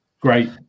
great